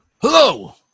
Hello